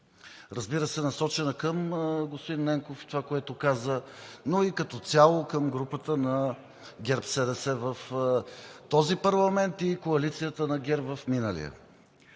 Разбира се, насочена е към господин Ненков и това, което каза, но и като цяло към групата на ГЕРБ-СДС в този парламент и коалицията на ГЕРБ в миналия.